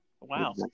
Wow